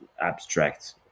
abstract